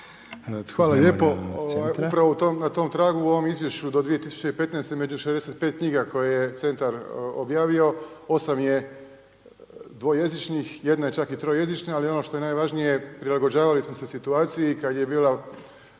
Hvala lijepo. Upravo na tom tragu u ovom izvješću do 2015. među 65 knjiga koje je centar objavio, 8 je dvojezičnih jedna je čak trojezična, ali ono što je najvažnije prilagođavali smo se situaciji kada je bila